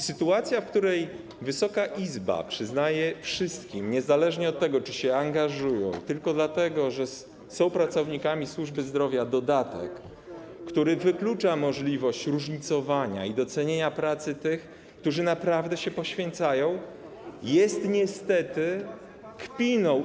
Sytuacja, w której Wysoka Izba przyznaje wszystkim dodatek, niezależnie od tego, czy się angażują, tylko dlatego, że są pracownikami służby zdrowia, co wyklucza możliwość różnicowania i docenienia pracy tych, którzy naprawdę się poświęcają, jest niestety kpiną.